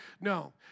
no